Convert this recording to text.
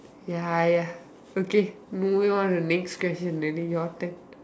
ya ya okay maybe go to next question already your turn